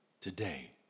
today